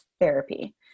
therapy